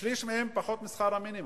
שליש מהם משתכרים פחות משכר המינימום.